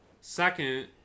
Second